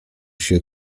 się